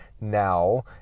now